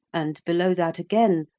and, below that again,